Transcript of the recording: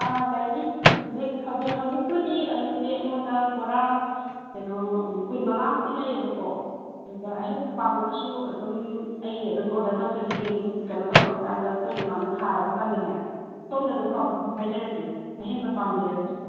ꯂꯩꯅꯤ ꯍꯧꯖꯤꯛ ꯍꯧꯖꯤꯛꯄꯨꯗꯤ ꯑꯂꯨꯁꯦ ꯑꯩꯉꯣꯟꯗ ꯕꯣꯔꯥ ꯀꯩꯅꯣ ꯀꯨꯟꯃꯉꯥꯃꯨꯛꯇꯤ ꯂꯩꯌꯦꯕꯀꯣ ꯑꯗꯨꯗ ꯑꯍꯦꯟꯕ ꯄꯥꯝꯃꯒꯁꯨ ꯑꯗꯨꯝ ꯑꯩ ꯑꯗꯨꯝ ꯑꯣꯔꯗꯔ ꯇꯧꯖꯈꯤꯒꯦ ꯑꯗꯨꯝ ꯀꯩꯅꯣ ꯇꯧꯔꯛꯄꯀꯥꯟꯗ ꯑꯩꯈꯣꯏ ꯗꯨꯀꯥꯟꯗ ꯊꯥꯔꯕꯀꯥꯟꯗꯅꯦ ꯁꯣꯝꯗ ꯑꯗꯨꯝ ꯄꯥꯎ ꯍꯥꯏꯖꯔꯛꯀꯦ ꯑꯍꯦꯟꯕ ꯄꯥꯝꯕꯤꯔꯒꯁꯨ